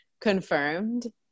Confirmed